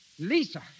Lisa